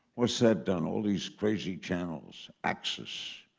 what's that done? all these crazy channels? access.